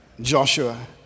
Joshua